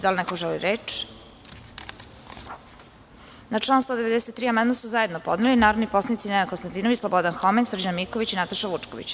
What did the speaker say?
Da li neko želi reč? (Ne) Na član 193. amandman su zajedno podnelinarodni poslanici Nenad Konstantinović, Slobodan Homen, Srđan Miković i Nataša Vučković.